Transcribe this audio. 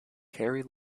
carry